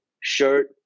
shirt